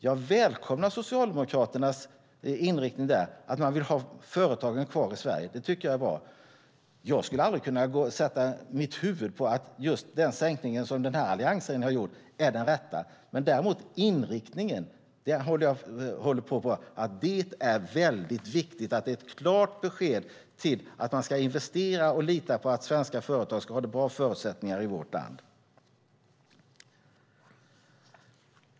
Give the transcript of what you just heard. Jag välkomnar Socialdemokraternas inriktning att man vill ha företagen kvar i Sverige. Det tycker jag är bra. Jag skulle aldrig kunna sätta mitt huvud på att just den sänkning denna alliansregering har gjort är den rätta, men när det gäller inriktningen är det mycket viktigt att det är ett klart besked att man ska investera och lita på att svenska företag ska ha bra förutsättningar i vårt land.